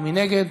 מי נגד?